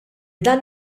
dan